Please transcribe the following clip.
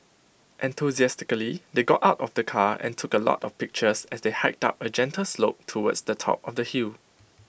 enthusiastically they got out of the car and took A lot of pictures as they hiked up A gentle slope towards the top of the hill